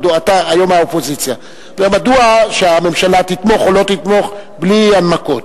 אתה היום האופוזיציה: מדוע שהממשלה תתמוך או לא תתמוך בלי הנמקות.